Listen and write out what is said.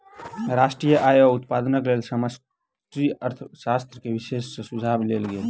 राष्ट्रीय आय आ उत्पादनक लेल समष्टि अर्थशास्त्र के विशेषज्ञ सॅ सुझाव लेल गेल